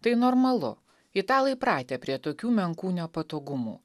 tai normalu italai pratę prie tokių menkų nepatogumų